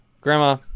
Grandma